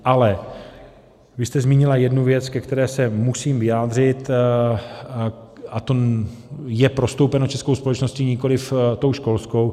Ale vy jste zmínila jednu věc, ke které se musím vyjádřit, a to je prostoupeno českou společností, nikoliv tou školskou.